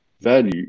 Value